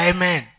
Amen